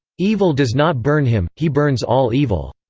evil does not burn him, he burns all evil.